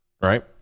Right